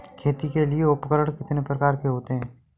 खेती के लिए उपकरण कितने प्रकार के होते हैं?